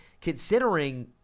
considering